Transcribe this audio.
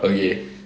okay